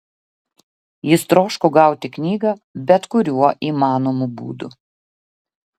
jis troško gauti knygą bet kuriuo įmanomu būdu